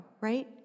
right